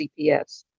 CPS